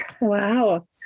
Wow